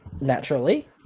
naturally